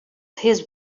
his